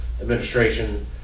administration